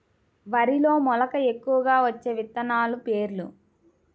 వరిలో మెలక ఎక్కువగా వచ్చే విత్తనాలు పేర్లు?